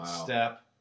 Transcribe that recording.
step